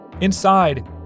Inside